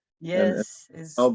yes